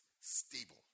stable